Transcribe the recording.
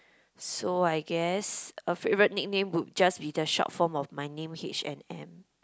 so I guess a favourite nickname would just be the short form of my name H and M